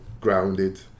grounded